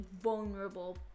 vulnerable